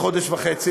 בחודש וחצי,